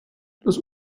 das